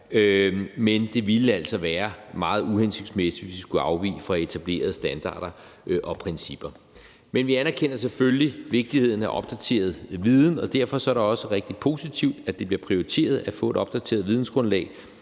men det ville altså være meget uhensigtsmæssigt, hvis vi skulle afvige fra etablerede standarder og principper. Men vi anerkender selvfølgelig vigtigheden af opdateret viden, og derfor er det også rigtig positivt, at det bliver prioriteret at få et opdateret vidensgrundlag,